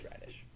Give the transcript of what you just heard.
radish